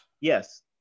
Yes